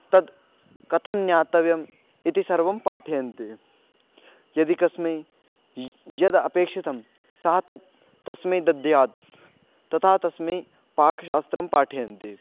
तद् कथं ज्ञातव्यम् इति सर्वं पाठयन्ति यदि कस्मै यत् यद् अपेक्षितं सः तत् तस्मै दद्यात् तथा तस्मै पाकशास्त्रं पाठयन्ति